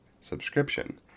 subscription